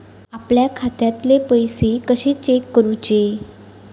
आपल्या खात्यातले पैसे कशे चेक करुचे?